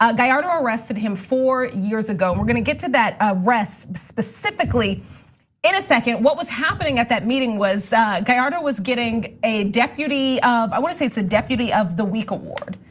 ah gallardo arrested him four years ago, we're gonna get to that arrest specifically in a second. what was happening at that meeting was gallardo was getting a deputy of, i want to say it's a deputy of the week award.